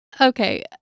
Okay